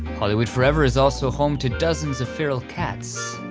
hollywood forever is also home to dozens of feral cats.